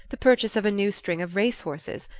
the purchase of a new string of race-horses,